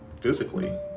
physically